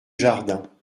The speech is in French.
jardin